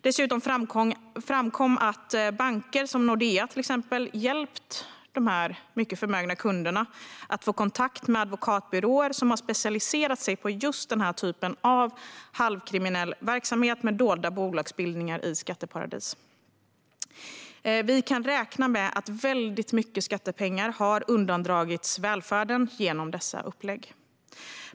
Dessutom framkom att banker, till exempel Nordea, hjälpt dessa mycket förmögna kunder att få kontakt med advokatbyråer som har specialiserat sig på just denna typ av halvkriminell verksamhet med dolda bolagsbildningar i skatteparadis. Vi kan räkna med att väldigt mycket skattepengar har undandragits välfärden genom dessa upplägg.